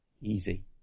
easy